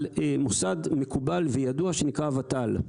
על מוסד מקובל וידוע שנקרא ות"ל.